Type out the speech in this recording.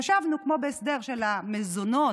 חשבנו שכמו בהסדר של המזונות,